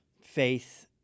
faith